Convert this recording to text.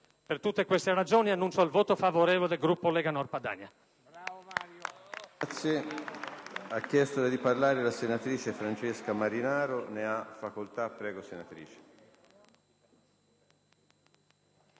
Per tutte queste ragioni, annuncio il voto favorevole del Gruppo Lega Nord Padania.